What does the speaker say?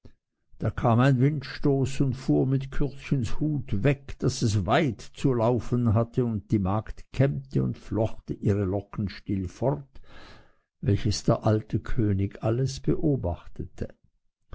da kam ein windstoß und fuhr mit kürdchens hut weg daß es weit zu laufen hatte und die magd kämmte und flocht ihre locken still fort welches der alte könig alles beobachtete